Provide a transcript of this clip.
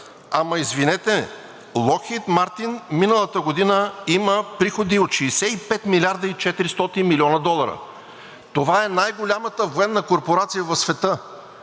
Ама извинете, „Локхийд Мартин“ миналата година има приходи от 65 млрд. и 400 млн. долара – това е най-голямата военна корпорация в света!